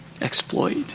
exploit